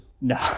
No